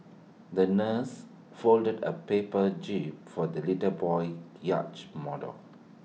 the nurse folded A paper jib for the little boy's yacht model